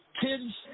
kids